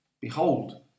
behold